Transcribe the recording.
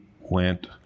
went